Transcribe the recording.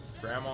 grandma